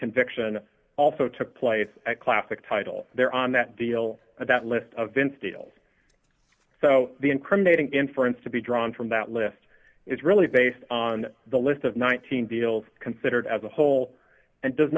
conviction also took place a classic title there on that deal and that list of instills so the incriminating inference to be drawn from that list is really based on the list of nineteen deals considered as a whole and does